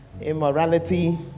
immorality